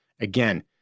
again